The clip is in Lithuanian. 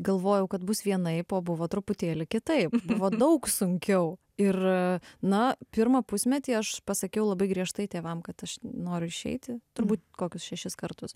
galvojau kad bus vienaip o buvo truputėlį kitaip buvo daug sunkiau ir na pirmą pusmetį aš pasakiau labai griežtai tėvam kad aš noriu išeiti turbūt kokius šešis kartus